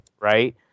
right